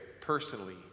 personally